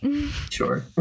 sure